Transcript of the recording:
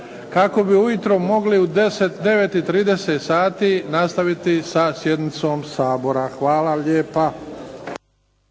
kako bi ujutro mogli u 9,30 sati nastaviti sa sjednicom Sabora. Hvala lijepa.